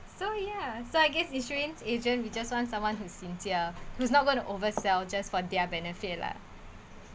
so ya I guess insurance agent we just want someone who's sincere who's not going to oversell just for their benefit lah